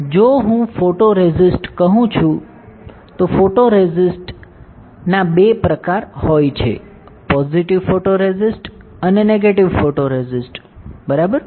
જો હું ફોટોરેસિસ્ટ કહું છું તો ફોટોરેસિસ્ટ બે પ્રકારના હોય છે પોઝિટિવ ફોટોરેસિસ્ટ અને નેગેટિવ ફોટોરેસિસ્ટ બરાબર